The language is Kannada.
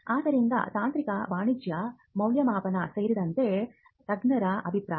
ಆದ್ದರಿಂದ ತಾಂತ್ರಿಕ ವಾಣಿಜ್ಯ ಮೌಲ್ಯಮಾಪನ ಸೇರಿದಂತೆ ತಜ್ಞರ ಅಭಿಪ್ರಾಯ